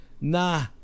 Nah